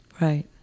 right